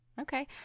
Okay